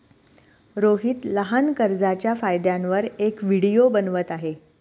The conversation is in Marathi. रोहित लहान कर्जच्या फायद्यांवर एक व्हिडिओ बनवत आहे